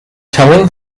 telling